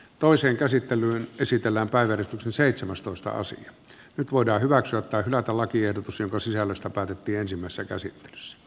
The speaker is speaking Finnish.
toisen käsittämään käsitellään päivän seitsemästoista osin nyt voidaan hyväksyä tai hylätä lakiehdotus jonka sisällöstä päätettiin ensimmäisessä käsittelyssä